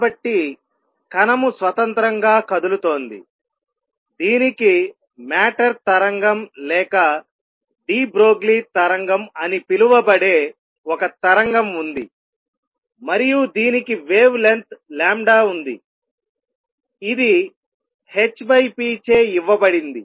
కాబట్టి కణము స్వతంత్రంగా కదులుతోందిదీనికి మ్యాటర్ తరంగం లేక డి బ్రోగ్లీ తరంగం అని పిలువబడే ఒక తరంగం ఉంది మరియు దీనికి వేవ్ లెంగ్త్ లాంబ్డా ఉంది ఇది hp చే ఇవ్వబడింది